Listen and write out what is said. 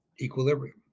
equilibrium